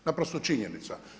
Naprosto činjenica.